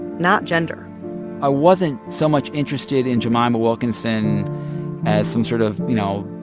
not gender i wasn't so much interested in jemima wilkinson as some sort of, you know,